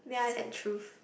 sad truth